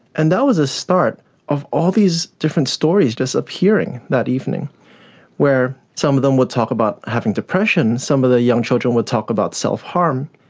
and that was the ah start of all these different stories just appearing that evening where some of them would talk about having depression, some of the young children would talk about self-harm.